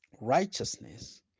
righteousness